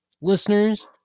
Listeners